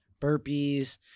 burpees